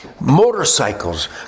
motorcycles